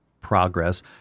progress